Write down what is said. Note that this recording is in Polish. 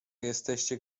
jesteście